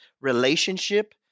relationship